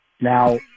Now